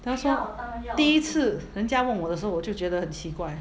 then 我说第一次人家问我的时候我就觉得很奇怪